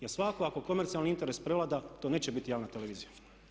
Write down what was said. Jer svakako ako komercijalni interes prevlada to neće biti javna televizija.